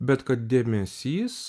bet kad dėmesys